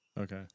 Okay